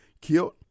Killed